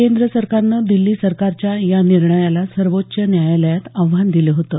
केंद्र सरकारनं दिल्ली सरकारच्या या निर्णयाला सर्वोच्च न्यायालयात आव्हान दिलं होतं